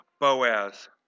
Boaz